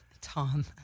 Tom